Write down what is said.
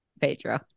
Pedro